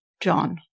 John